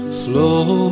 flow